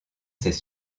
ses